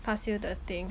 pursue the thing